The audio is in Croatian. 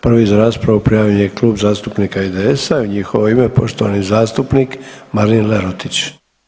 Prvi za raspravu prijavljen je Klub zastupnika IDS-a i u njihovo ime poštovani zastupnik Marin Lerotić.